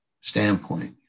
standpoint